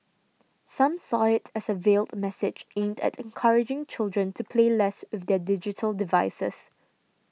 some saw it as a veiled message aimed at encouraging children to play less with their digital devices